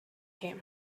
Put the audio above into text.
him